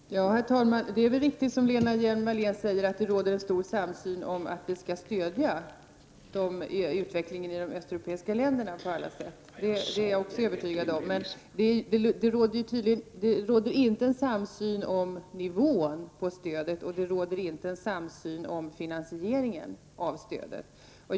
Herr talman! Det är väl riktigt som Lena Hjelm-Wallén säger, att det råder en samsyn om att vi skall stödja utvecklingen i de östeuropeiska länderna på alla sätt — det är jag också övertygad om. Men det råder inte en samsyn om nivån på stödet, och det råder inte en samsyn om finansieringen av stödet.